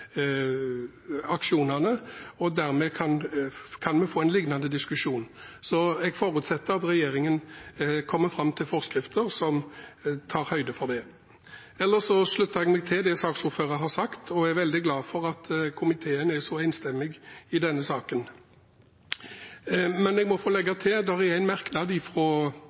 aksjonene, og dermed kan vi få en lignende diskusjon. Jeg forutsetter at regjeringen kommer fram til forskrifter som tar høyde for det. Ellers slutter jeg meg til det som saksordføreren har sagt, og er veldig glad for at komiteen er så enstemmig i denne saken. Men jeg må få legge til